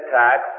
tax